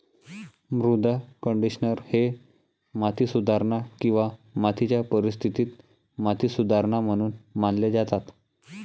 मृदा कंडिशनर हे माती सुधारणा किंवा मातीच्या परिस्थितीत माती सुधारणा म्हणून मानले जातात